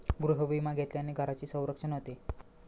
गृहविमा घेतल्याने घराचे संरक्षण होते